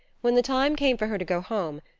when the time came for her to go home,